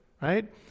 right